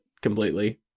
completely